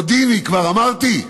הודיני כבר אמרתי?